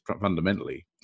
fundamentally